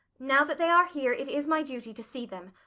now that they are here, it is my duty to see them.